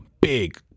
Big